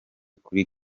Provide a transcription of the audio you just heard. kuri